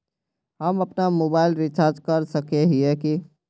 हम अपना mobile recharge कर सकय हिये की?